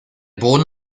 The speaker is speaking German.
boden